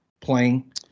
playing